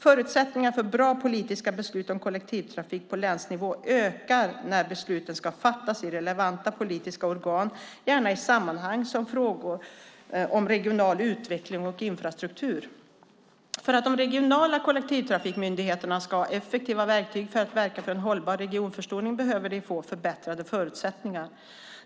Förutsättningarna för bra politiska beslut om kollektivtrafik på länsnivå ökar när besluten ska fattas i relevanta politiska organ, gärna i samma sammanhang som frågor om regional utveckling och infrastruktur. För att de regionala kollektivtrafikmyndigheterna ska ha effektiva verktyg för att verka för en hållbar regionförstoring behöver de få förbättrade förutsättningar.